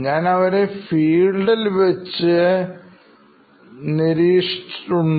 ഞാൻ അവരെ ഫീൽഡിൽ വെച്ച് നിരീക്ഷണം ശക്തമാക്കിയിട്ടുണ്ട്